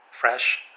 fresh